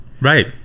right